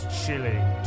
chilling